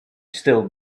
still